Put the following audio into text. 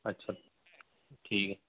अच्छा ठीक आहे